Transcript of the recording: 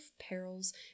perils